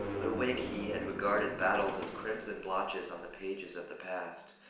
but awake he had regarded battles as crimson blotches on the pages of the past.